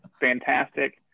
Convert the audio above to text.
fantastic